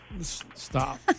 Stop